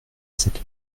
cette